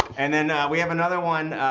and then we have another one.